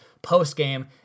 post-game